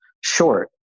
short